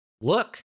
look